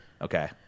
Okay